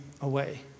away